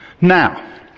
Now